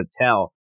tell